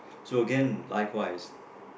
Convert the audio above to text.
so again likewise